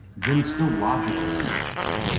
then it's illogical to not change.